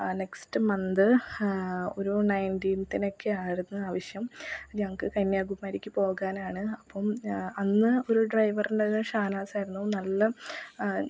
next month ഒരു നയൻ്റീന്തിനൊക്കെയായിരുന്നു ആവശ്യം ഞങ്ങള്ക്ക് കന്യാകുമാരിക്ക് പോകാനാണ് അപ്പോള് അന്ന് ഒരു ഡ്രൈവറുണ്ടായിരുന്നു ഷാനാസായിരുന്നു നല്ല